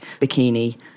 bikini